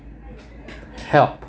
help